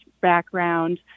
background